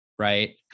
Right